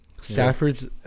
Stafford's